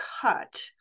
cut